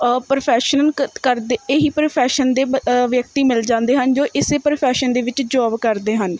professional ਕ ਕਰਦੇ ਇਹੀ ਪ੍ਰੋਫੈਸ਼ਨ ਦੇ ਵਿਅਕਤੀ ਮਿਲ ਜਾਂਦੇ ਹਨ ਜੋ ਇਸੇ ਪ੍ਰੋਫੈਸ਼ਨ ਦੇ ਵਿੱਚ ਜੋਬ ਕਰਦੇ ਹਨ